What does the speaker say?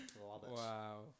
Wow